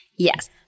Yes